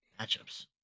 matchups